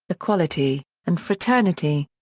equality, and fraternity.